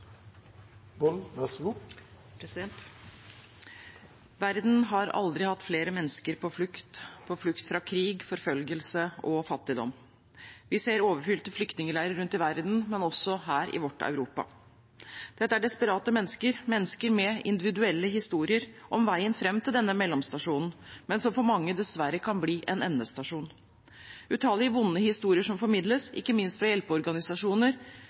Verden har aldri hatt flere mennesker på flukt – på flukt fra krig, forfølgelse og fattigdom. Vi ser overfylte flyktningleirer rundt i verden, men også her, i vårt Europa. Dette er desperate mennesker, mennesker med individuelle historier om veien fram til denne mellomstasjonen, som for mange dessverre kan bli en endestasjon. Det er utallige vonde historier som formidles – ikke minst fra hjelpeorganisasjoner